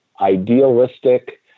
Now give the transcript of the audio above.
idealistic